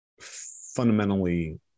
fundamentally